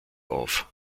auf